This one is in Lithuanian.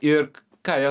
ir ką jie